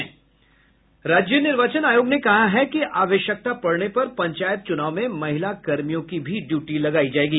राज्य निर्वाचन आयोग ने कहा है कि आवश्यकता पड़ने पर पंचायत चुनाव में महिला कर्मियों की भी ड्यूटी लगायी जायेगी